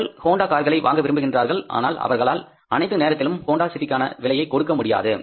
மக்கள் ஹோண்டா கார்கள் வாங்க விரும்புகின்றார்கள் ஆனால் அவர்களால் அனைத்து நேரத்திலும் ஹோண்டா சிட்டிகான விலையை கொடுக்க முடியாது